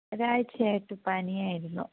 ഒരാഴ്ച്ചയായിട്ട് പനിയായിരുന്നു